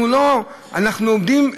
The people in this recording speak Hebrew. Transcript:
אנחנו עומדים,